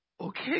okay